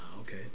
okay